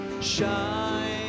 shine